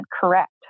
correct